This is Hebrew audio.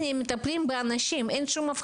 המטרה היא לשמור על איכות